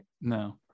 no